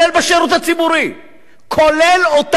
כולל בשירות הציבורי.